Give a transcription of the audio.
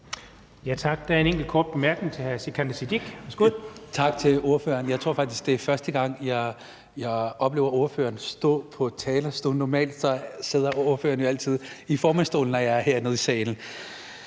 Tak. Der er en enkelt kort bemærkning til hr. Sikandar Siddique. Værsgo. Kl. 17:39 Sikandar Siddique (FG): Tak til ordføreren. Jeg tror faktisk, det er første gang, jeg oplever ordføreren stå på talerstolen, for normalt sidder ordføreren jo altid i formandsstolen, når jeg er hernede i salen.